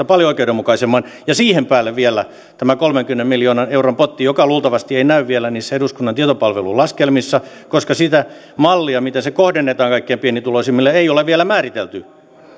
paljon oikeudenmukaisemman ja siihen päälle vielä tämä kolmenkymmenen miljoonan euron potti joka luultavasti ei näy vielä niissä eduskunnan tietopalvelun laskelmissa koska sitä mallia miten se kohdennetaan kaikkein pienituloisimmille ei ole vielä määritelty